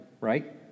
right